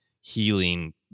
healing